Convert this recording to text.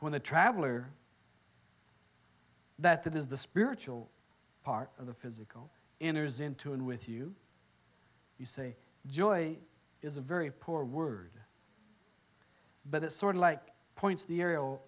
when the traveler that that is the spiritual part of the physical enters into and with you you say joy is a very poor word but it's sort of like point